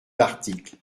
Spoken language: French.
l’article